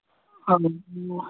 okay okay